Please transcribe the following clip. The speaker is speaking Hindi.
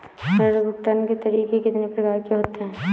ऋण भुगतान के तरीके कितनी प्रकार के होते हैं?